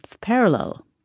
parallel